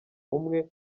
umwe